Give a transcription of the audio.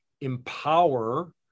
empower